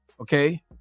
Okay